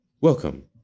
welcome